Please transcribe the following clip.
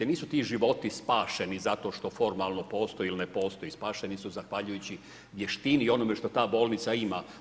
Nisu ti životi spašeni zato što formalno postoji ili ne postoji, spašeni su zahvaljujući vještini i onome što ta bolnica ima.